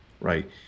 right